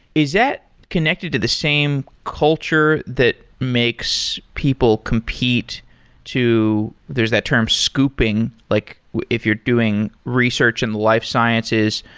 is that connected to the same culture that makes people compete to there's that term scooping, like if you're doing research in life sciences,